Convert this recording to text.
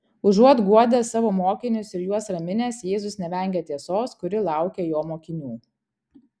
užuot guodęs savo mokinius ir juos raminęs jėzus nevengia tiesos kuri laukia jo mokinių